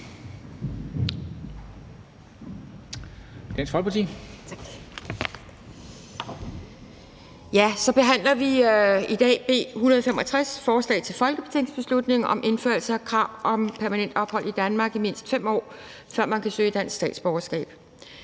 (DF): Tak. Vi behandler i dag B 165, forslag til folketingsbeslutning om indførelse af krav om permanent ophold i Danmark i mindst 5 år, før man kan søge dansk statsborgerskab.